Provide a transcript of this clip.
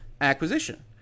acquisition